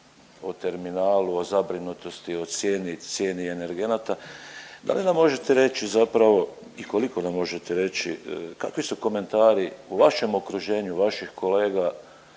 o terminalu, o zabrinutosti, o cijeni energenata. Da li nam možete reći zapravo i koliko nam možete reći kakvi su komentari u vašem okruženju vaših kolega